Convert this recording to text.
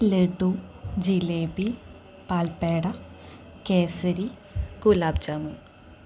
laddu jalebi palpeda kesari gulab jamun